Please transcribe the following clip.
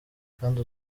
kandi